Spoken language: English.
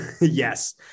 yes